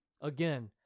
Again